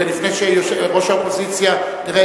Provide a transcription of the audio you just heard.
ולפני שראש האופוזיציה תרד,